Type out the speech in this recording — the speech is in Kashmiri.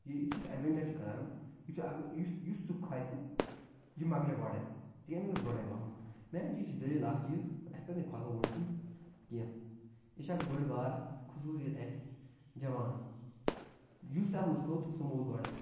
یہِ یُتھُے أسۍ اٮ۪ڈوٮ۪ونچَر چھِ کَران یُتھُے اگر یُس یُس تہِ کھۄتہِ یہِ مکلہِ گۄڈَے گۄڈَے وَہَم مین چیٖز چھِ دٔلیٖل اَکھ چیٖز اَسہِ پَزِ نہٕ کھۄژُن ووژُن کیٚنٛہہ یہِ چھِ اَکھ بٔڑ بار خصوٗصیت اَسہِ جوانَن یُس تہِ اَتھ منٛز کھوٚژ سُہ موٗد گۄڈَے